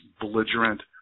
belligerent